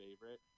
favorite